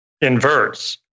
inverts